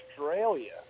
Australia